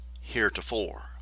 heretofore